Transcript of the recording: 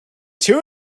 too